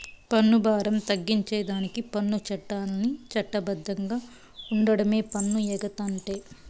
పన్ను బారం తగ్గించేదానికి పన్ను చట్టాల్ని చట్ట బద్ధంగా ఓండమే పన్ను ఎగేతంటే